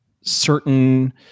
certain